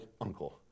uncle